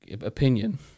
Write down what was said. opinion